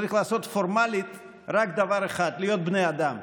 צריך לעשות פורמלית רק דבר אחד: להיות בני אדם.